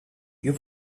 you